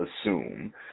assume